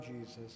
Jesus